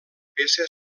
peça